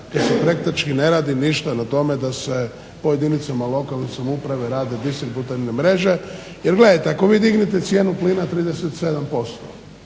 jer …ništa ne radi na tome da se po jedinicama lokalne samouprave rade distributerne mreže. Jer gledajte, ako vi dignete cijenu plina 37%